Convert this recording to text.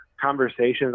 conversations